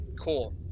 Cool